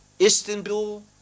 istanbul